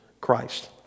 Christ